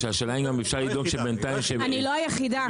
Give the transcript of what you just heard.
אני לא היחידה.